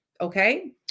Okay